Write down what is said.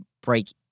break